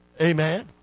Amen